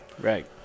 Right